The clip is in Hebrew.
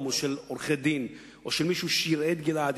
או של עורכי-דין או של מישהו שיראה את גלעד,